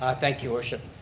ah thank you, worship.